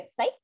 website